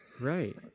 Right